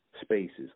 spaces